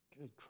Good